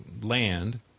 land